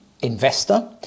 investor